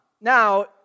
Now